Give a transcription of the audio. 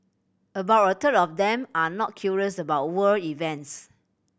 about a third of them are not curious about world events